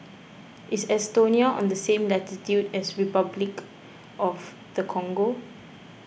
is Estonia on the same latitude as Repuclic of the Congo